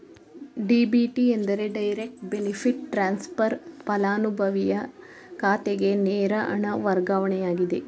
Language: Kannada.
ಡಿ.ಬಿ.ಟಿ ಎಂದರೆ ಡೈರೆಕ್ಟ್ ಬೆನಿಫಿಟ್ ಟ್ರಾನ್ಸ್ಫರ್, ಪಲಾನುಭವಿಯ ಖಾತೆಗೆ ನೇರ ಹಣ ವರ್ಗಾವಣೆಯಾಗಿದೆ